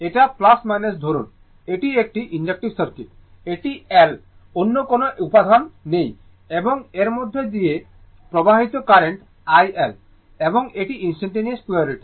এটা ধরুন এটি একটি ইন্ডাক্টিভ সার্কিট এটি L অন্য কোনও উপাদান নেই এবং এর মধ্য দিয়ে প্রবাহিত কারেন্ট iL এবং এটি ইনস্টানটানেওয়াস পোলারিটি